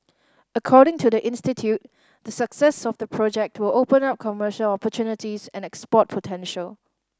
according to the institute the success of the project will open up commercial opportunities and export potential